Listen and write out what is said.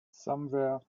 somewhere